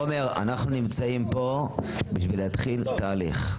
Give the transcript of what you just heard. תומר, אנחנו נמצאים פה בשביל להתחיל תהליך.